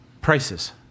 Prices